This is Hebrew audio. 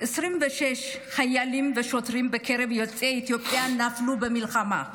26 חיילים ושוטרים מקרב יוצאי אתיופיה נפלו במלחמה.